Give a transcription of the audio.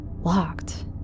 Locked